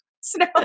snow